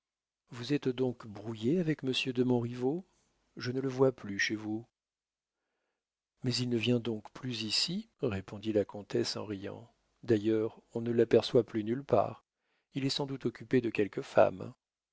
vous êtes donc brouillée avec monsieur de montriveau je ne le vois plus chez vous mais il ne vient donc plus ici répondit la comtesse en riant d'ailleurs on ne l'aperçoit plus nulle part il est sans doute occupé de quelque femme